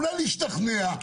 אולי אשתכנע?